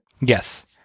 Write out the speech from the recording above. Yes